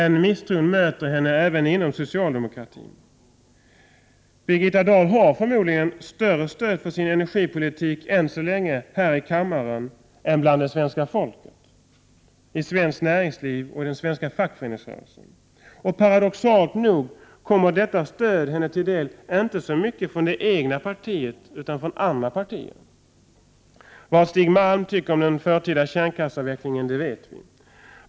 Den misstron möter henne även inom socialdemokratin. Birgitta Dahl har förmodligen större stöd för sin energipolitik än så länge här i kammaren än bland det svenska folket, i svenskt näringsliv och i den svenska fackföreningsrörelsen. Paradoxalt nog kommer detta stöd henne till del inte så mycket från det egna partiet utan från andra partier. Vad Stig Malm tycker om den förtida kärnkraftsavvecklingen, det vet vi.